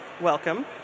Welcome